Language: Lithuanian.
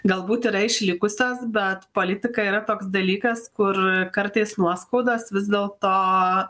galbūt yra išlikusios bet politika yra toks dalykas kur kartais nuoskaudos vis dėl to